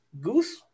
Goose